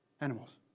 animals